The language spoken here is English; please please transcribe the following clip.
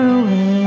away